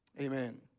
Amen